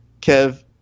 Kev